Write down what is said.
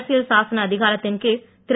அரசியல் சாசன அதிகாரத்தின் கீழ் திரு